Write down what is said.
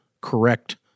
correct